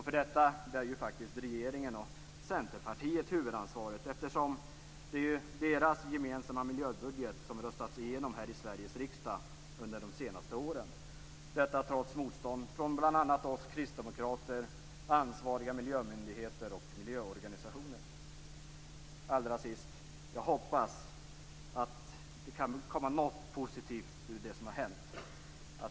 För detta bär faktiskt regeringen och Centerpartiet huvudansvaret, eftersom det är deras gemensamma miljöbudget som röstats igenom här i Sveriges riksdag under de senaste åren. Detta har skett trots motstånd från bl.a. oss kristdemokrater, ansvariga miljömyndigheter och miljöorganisationer. Till allra sist hoppas jag att det kan komma något positivt ur det som har hänt.